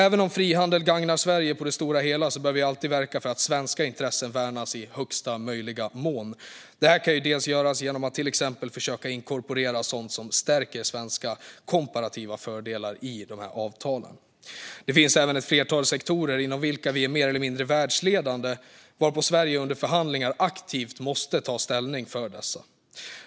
Även om frihandel gagnar Sverige på det stora hela bör vi alltid verka för att svenska intressen värnas i största möjliga mån. Det kan göras genom att till exempel försöka inkorporera sådant som stärker svenska komparativa fördelar i avtalen. Det finns även ett flertal sektorer inom vilka vi är mer eller mindre världsledande. Sverige måste därför aktivt ta ställning för dessa under förhandlingar.